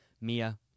Mia